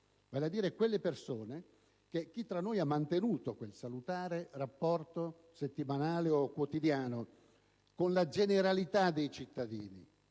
il nostro rispetto). Qualcuno tra noi ha mantenuto quel salutare rapporto settimanale o quotidiano con la generalità dei cittadini,